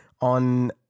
on